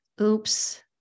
oops